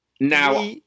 Now